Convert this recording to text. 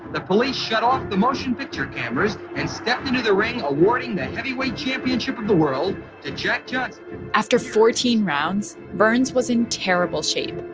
the police shut off the motion picture cameras and stepped into the ring, awarding the heavyweight championship of the world to jack johnson after fourteen rounds, burns was in terrible shape.